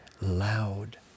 loud